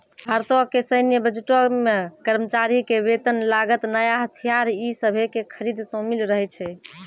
भारतो के सैन्य बजटो मे कर्मचारी के वेतन, लागत, नया हथियार इ सभे के खरीद शामिल रहै छै